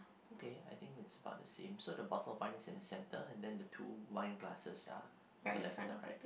okay I think it's about the same so the bottle of wine is in the center and then the two wine glasses are on the left and the right